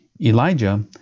Elijah